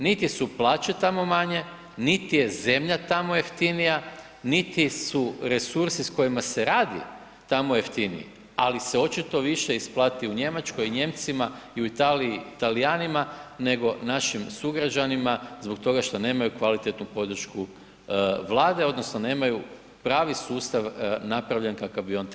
Niti su plaće tamo manje, niti je zemlja tamo jeftinija, niti su resursi s kojima se radi tamo jeftiniji, ali se očito više isplati u Njemačkoj Nijemcima i u Italiji Talijanima nego našim sugrađanima zbog toga što nemaju kvalitetnu podršku Vlade odnosno nemaju pravi sustav napravljen kakav bi on trebao biti.